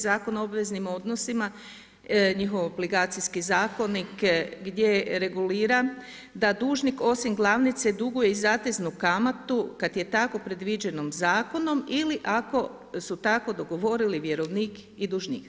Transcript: Zakona o obveznim odnosima, njihov obligacijski zakonik gdje regulira da dužnik osim glavnice duguje i zateznu kamatu kad je tako predviđeno zakonom ili ako su tako dogovorili vjerovnik i dužnik.